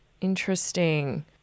Interesting